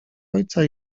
ojca